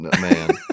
man